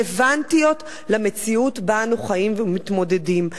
רלוונטיות למציאות שבה אנו חיים ועמה אנו מתמודדים.